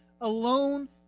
alone